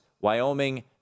Wyoming